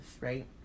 right